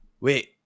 wait